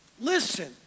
listen